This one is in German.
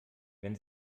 wenn